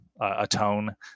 atone